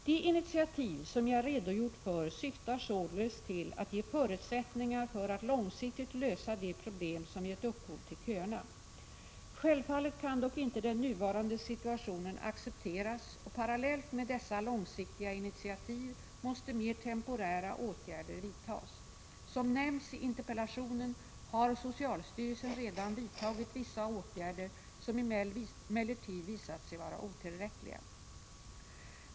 De initiativ som jag redogjort för syftar således till att ge förutsättningar för att långsiktigt lösa de problem som gett upphov till köerna. Självfallet kan dock inte den nuvarande situationen accepteras och parallellt med dessa långsiktiga initiativ måste mer temporära åtgärder vidtas. Som nämns i interpellationen har socialstyrelsen redan vidtagit vissa åtgärder som emellertid visat sig vara otillräckliga.